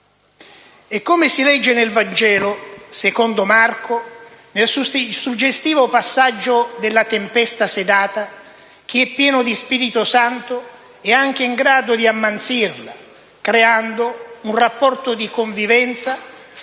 Come si legge nel Vangelo secondo Marco, nel suggestivo passaggio della tempesta sedata, chi è pieno di Spirito Santo è anche il grado di ammansire la natura, creando un rapporto di convivenza